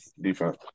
defense